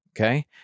Okay